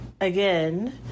again